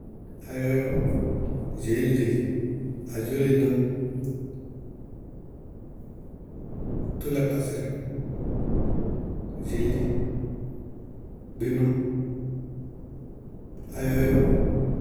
Áyɔyɔ, dzeñle, adzólenu, tʋlɛ kpásɩrɔɔɛ, dzeñle, gbémá, áyɔyɔ.